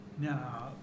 Now